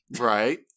Right